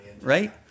Right